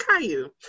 Caillou